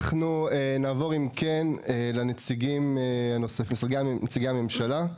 נעבור אם כן לנציגי הממשלה.